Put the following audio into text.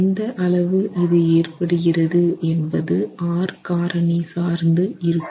எந்த அளவில் இது ஏற்படுகிறது என்பது R காரணி சார்ந்து இருக்கும்